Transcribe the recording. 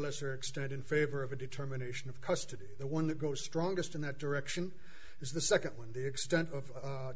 lesser extent in favor of a determination of custody the one that goes strongest in that direction is the second one the extent of